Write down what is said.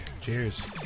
Cheers